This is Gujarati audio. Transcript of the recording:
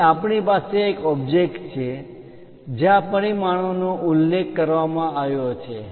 અહીં આપણી પાસે એક ઓબ્જેક્ટ છે જ્યાં પરિમાણોનો ઉલ્લેખ કરવામાં આવ્યો છે